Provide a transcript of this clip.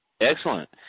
Excellent